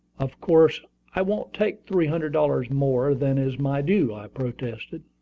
of course i won't take three hundred dollars more than is my due, i protested.